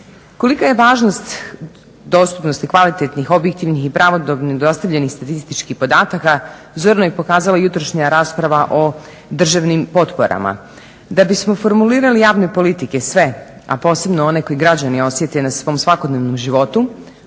Kolika je važnost dostupnosti kvalitetnih objektivnih i pravodobnih dostavljenih statističkih podataka zorno je pokazala jutrošnja rasprava o državnim potporama. Da bismo formulirali javne politike sve, a posebno one koji građani osjete na svom svakodnevnom životu